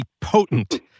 potent